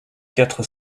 quatre